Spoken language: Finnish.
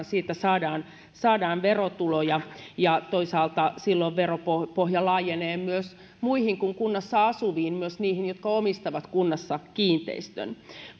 siitä saadaan verotuloja ja toisaalta silloin veropohja laajenee myös muihin kuin kunnassa asuviin myös niihin jotka omistavat kunnassa kiinteistön